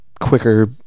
quicker